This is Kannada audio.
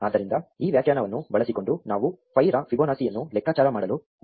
ಆದ್ದರಿಂದ ಈ ವ್ಯಾಖ್ಯಾನವನ್ನು ಬಳಸಿಕೊಂಡು ನಾವು 5 ರ ಫಿಬೊನಾಸಿಯನ್ನು ಲೆಕ್ಕಾಚಾರ ಮಾಡಲು ಬಯಸುತ್ತೇವೆ